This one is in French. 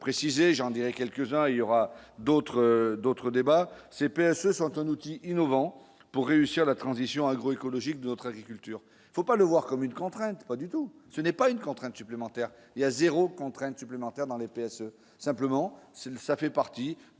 précisées j'en dirais quelques-uns, il y aura d'autres, d'autres débats CPS, ce sont un outil innovant pour réussir la transition agro-écologique de notre. Il faut pas le voir comme une contrainte, pas du tout, ce n'est pas une contrainte supplémentaire, il y a 0 contrainte supplémentaire dans les PS, simplement c'est ça fait partie du